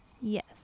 Yes